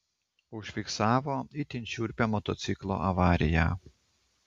užfiksavo itin šiurpią motociklo avariją